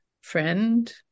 friend